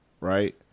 right